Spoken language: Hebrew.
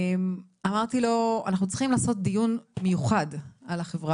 אמרתי לו: אנחנו צריכים לעשות דיון מיוחד על החברה